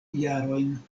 jarojn